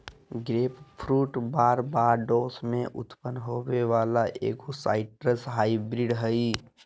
grapefruit Barbados में उत्पन्न होबो वला एगो साइट्रस हाइब्रिड हइ